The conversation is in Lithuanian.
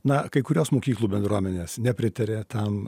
na kai kurios mokyklų bendruomenės nepritarė tam